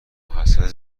حسرت